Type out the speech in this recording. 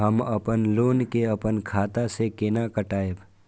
हम अपन लोन के अपन खाता से केना कटायब?